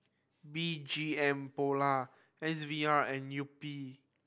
B G M Polo S V R and Yupi